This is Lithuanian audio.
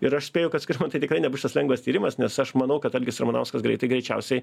ir aš spėju kad skirmantai tikrai nebus šas lengvas tyrimas nes aš manau kad algis ramanauskas greitai greičiausiai